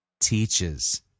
teaches